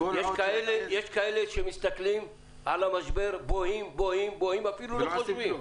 יש כאלה שבוהים באוויר ואפילו לא חושבים.